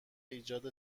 ایجاد